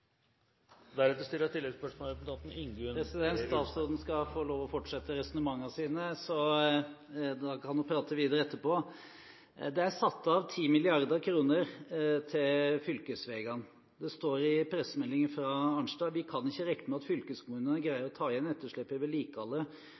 Statsråden skal få lov til å fortsette resonnementene sine – da kan hun prate videre etterpå. Det er satt av 10 mrd. kr til fylkesveiene. Det står i pressemeldingen fra statsråd Arnstad: «Vi kan ikkje rekne med at